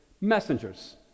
messengers